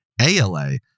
ALA